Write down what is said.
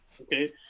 okay